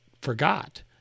forgot